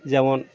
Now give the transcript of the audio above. যেমন